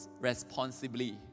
responsibly